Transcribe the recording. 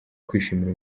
kwishimira